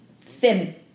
thin